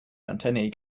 antennae